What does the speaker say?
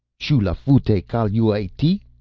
shoo l'footyay, kal u ay tee?